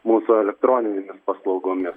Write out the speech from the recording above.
mūsų elektroninėmis paslaugomis